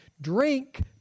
Drink